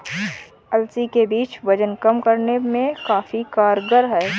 अलसी के बीज वजन कम करने में काफी कारगर है